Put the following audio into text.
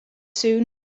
soon